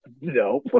no